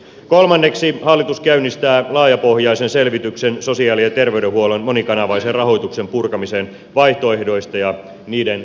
kolmanneksi hallitus käynnistää laajapohjaisen selvityksen sosiaali ja terveydenhuollon monikanavaisen rahoituksen purkamisen vaihtoehdoista ja niiden vaikutuksista